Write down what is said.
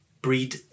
breed